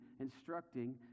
instructing